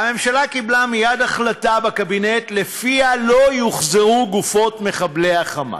הממשלה קיבלה מייד החלטה בקבינט שלפיה לא יחוזרו גופות מחבלי ה"חמאס".